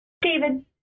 David